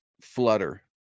flutter